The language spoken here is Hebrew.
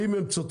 אם הם צודקים,